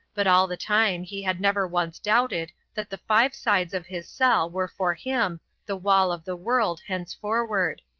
but all the time he had never once doubted that the five sides of his cell were for him the wall of the world henceforward,